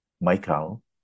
Michael